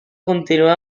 continuar